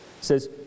says